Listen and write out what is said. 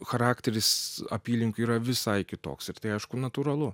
charakteris apylinkių yra visai kitoks ir tai aišku natūralu